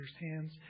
hands